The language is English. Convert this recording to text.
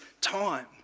time